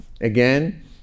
Again